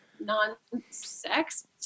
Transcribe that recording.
non-sex